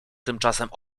tymczasem